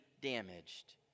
damaged